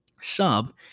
sub